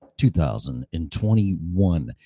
2021